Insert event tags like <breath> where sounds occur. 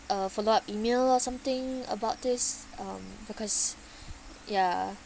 a follow up email or something about this um because <breath> ya